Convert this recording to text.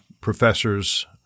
professors